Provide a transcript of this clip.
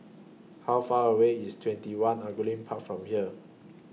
How Far away IS TwentyOne Angullia Park from here